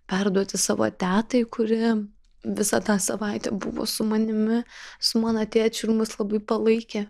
perduoti savo tetai kuri visą tą savaitę buvo su manimi su mano tėčiu ir mus labai palaikė